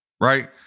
Right